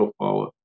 power